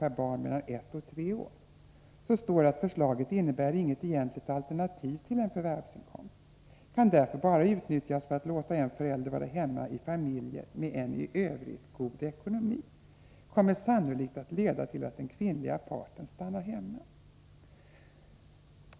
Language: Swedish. per barn mellan ett och tre år står det att ”förslaget inte innebär något egentligt alternativ till förvärvsinkomst och därför bara kan utnyttjas för att låta en förälder vara hemma i familjer med en i övrigt god ekonomi”. Vidare står det att förslaget sannolikt kommer att leda till att den kvinnliga parten stannar hemma.